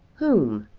whom?